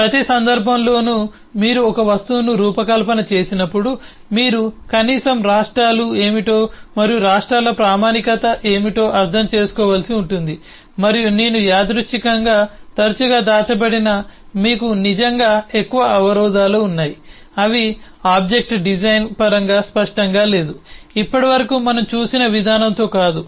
కాబట్టి ప్రతి సందర్భంలోనూ మీరు ఒక వస్తువును రూపకల్పన చేసినప్పుడు మీరు కనీసం రాష్ట్రాలు ఏమిటో మరియు రాష్ట్రాల ప్రామాణికత ఏమిటో అర్థం చేసుకోవలసి ఉంటుంది మరియు నేను యాదృచ్ఛికంగా తరచుగా దాచబడిన మీకు నిజంగా ఎక్కువ అవరోధాలు ఉన్నాయి అవి ఆబ్జెక్ట్ డిజైన్ పరంగా స్పష్టంగా లేదు ఇప్పటివరకు మనం చూసిన విధానంతో కాదు